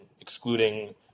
excluding